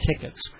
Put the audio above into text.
tickets